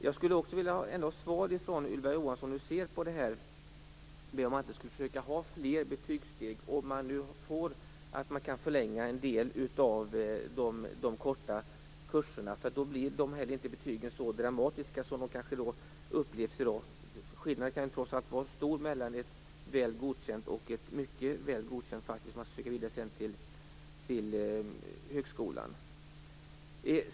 Jag skulle vilja ha besked från Ylva Johansson på hur hon ser på detta att ha fler betygsystem, om man nu kan förlänga en del av de korta kurserna. Då blir inte de äldre betygen så dramatiska som de kanske upplevs i dag. Skillnaden kan trots allt vara stor mellan Väl godkänd och Mycket väl godkänd när man söker vidare till högskolan.